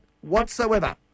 whatsoever